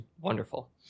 wonderful